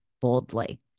boldly